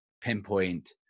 pinpoint